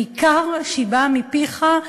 בעיקר כשהיא באה מפיך,